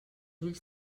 ulls